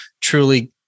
truly